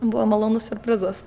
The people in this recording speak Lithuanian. buvo malonus siurprizas